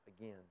again